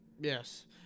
Yes